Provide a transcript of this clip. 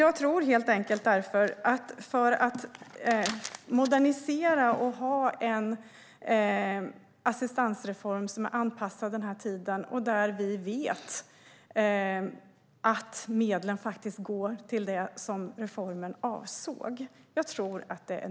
Jag tror att det är nödvändigt att modernisera och ha en assistansreform som är anpassad för vår tid och där vi vet att medlen går till det reformen avser.